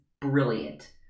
brilliant